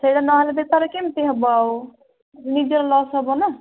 ସେଇଟା ନହେଲେ ବେପାର କେମିତି ହେବ ଆଉ ନିଜର ଲସ୍ ହେବ ନା